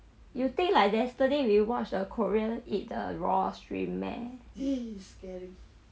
you think like yesterday we watch the korean eat the raw shrimp meh